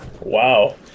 Wow